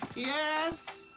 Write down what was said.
yes?